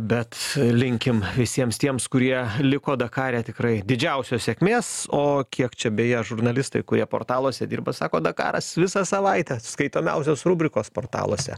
bet linkim visiems tiems kurie liko dakare tikrai didžiausios sėkmės o kiek čia beje žurnalistai kurie portaluose dirba sako dakaras visą savaitę skaitomiausios rubrikos portaluose